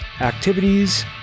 activities